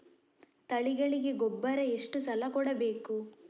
ತಳಿಗಳಿಗೆ ಗೊಬ್ಬರ ಎಷ್ಟು ಸಲ ಕೊಡಬೇಕು?